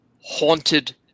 haunted